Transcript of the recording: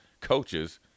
coaches